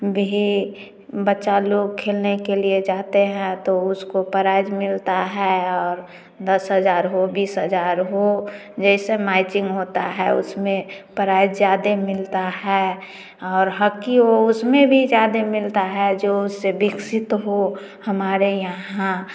भी बच्चा लोग खेलने के लिए जाते है तो उसको प्राइज मिलता है और दस हज़ार हो बीस हज़ार हो जैसे मैचिंग होता है उसमें प्राइज ज्यादा मिलता है और हकी हो उसमे भी ज्यादा मिलता है जो उससे विकसित हो हमारे यहाँ